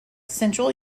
central